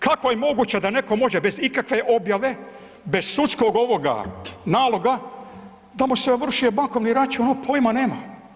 Kako je moguće da neko može bez ikakve objave, bez sudskog ovoga naloga da mu se je ovršio bankovni račun, on pojma nema.